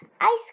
Ice